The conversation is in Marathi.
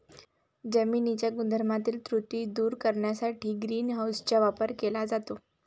जमिनीच्या गुणधर्मातील त्रुटी दूर करण्यासाठी ग्रीन हाऊसचा वापर केला जातो